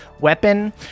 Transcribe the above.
weapon